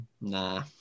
nah